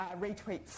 retweets